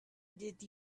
did